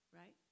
right